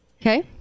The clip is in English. Okay